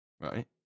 right